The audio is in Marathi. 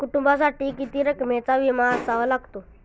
कुटुंबासाठी किती रकमेचा विमा असावा लागतो?